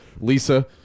lisa